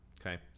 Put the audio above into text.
Okay